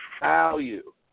value